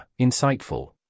insightful